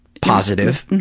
positive,